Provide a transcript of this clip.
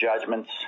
judgments